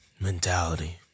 Mentality